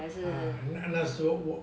那时候我我